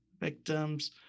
victims